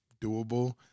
doable